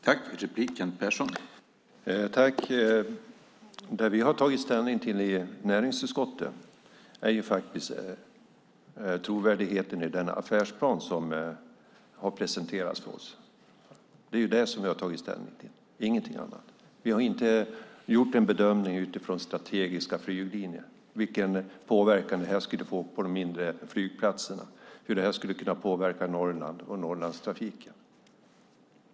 Herr talman! Det vi har tagit ställning till i näringsutskottet är faktiskt trovärdigheten i den affärsplan som har presenterats för oss. Det är det som vi har tagit ställning till, ingenting annat. Vi har inte gjort en bedömning utifrån strategiska flyglinjer, vilken påverkan det här skulle få på de mindre flygplatserna, hur det här skulle kunna påverka Norrland och Norrlandstrafiken.